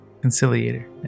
Conciliator